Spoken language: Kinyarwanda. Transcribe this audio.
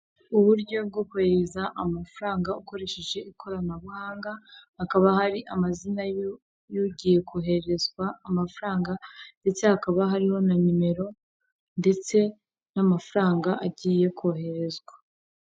Uburyo bwo kohereza amafaranga ukoresheje ikoranabuhanga, hakaba hari amazina yugiye koherezwa amafaranga ndetse hakaba hariho na nimero ndetse n'amafaranga agiye koherezwa.